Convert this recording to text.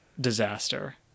disaster